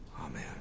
Amen